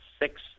six